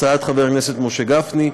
הצעת חבר הכנסת משה גפני,